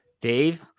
Dave